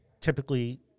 typically